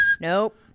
Nope